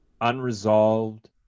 unresolved